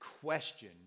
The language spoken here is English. question